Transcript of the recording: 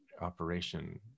operation